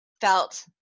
felt